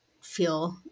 feel